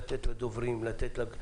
לתת לדוברים לדבר,